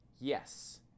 Yes